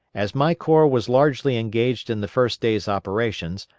as my corps was largely engaged in the first day's operations,